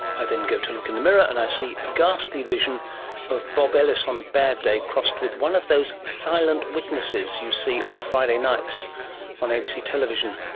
i then go to look in the mirror and i see a ghastly vision of bob ellis on a bad day crossed with one of those silent witnesses you see on friday nights on abc television.